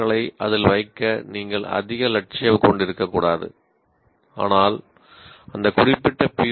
க்களை அதில் வைக்க நீங்கள் அதிக லட்சியம் கொண்டிருக்கக் கூடாது ஆனால் அந்த குறிப்பிட்ட பி